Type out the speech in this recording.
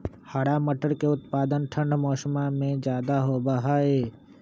हरा मटर के उत्पादन ठंढ़ के मौसम्मा में ज्यादा होबा हई